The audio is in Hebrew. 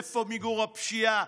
איפה מיגור הפשיעה,